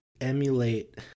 emulate